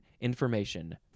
Information